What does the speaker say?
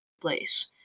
place